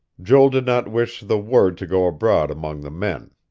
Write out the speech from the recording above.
joel did not wish the word to go abroad among the men.